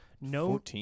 No